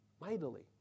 mightily